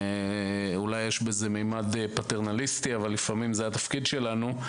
אולי יש בזה ממד פטרנליסטי אבל לפעמים זה התפקיד שלנו.